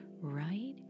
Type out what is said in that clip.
right